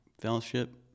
fellowship